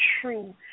true